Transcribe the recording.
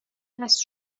دست